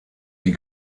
die